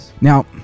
Now